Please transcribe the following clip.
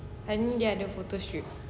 hari ini dia ada photoshoot